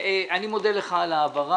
אני מודה לך על ההבהרה.